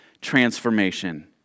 transformation